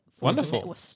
Wonderful